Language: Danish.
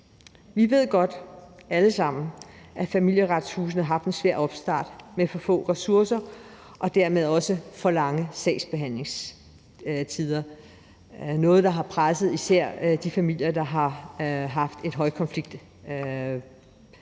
Vi ved godt alle sammen, at Familieretshusene har haft en svær opstart med for få ressourcer og dermed også for lange sagsbehandlingstider, noget, der har presset især de familier, der har haft et højkonfliktsamspil.